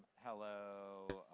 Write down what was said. hello,